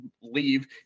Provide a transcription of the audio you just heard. leave